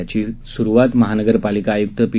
याची स्रुवात महानगरपालिका आय्क्त पि